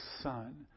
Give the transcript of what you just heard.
son